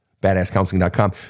badasscounseling.com